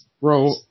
bro